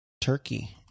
turkey